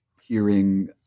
hearing